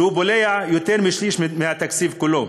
שבולע יותר משליש מהתקציב כולו.